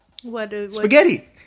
Spaghetti